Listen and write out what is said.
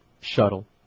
Shuttle